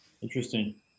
Interesting